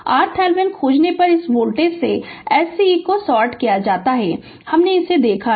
RThevenin खोजने पर इस वोल्टेज sce को सॉर्ट किया जाता है हमने इसे देखा है